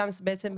שם בעצם,